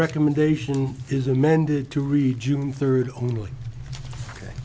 recommendation is amended to read june third only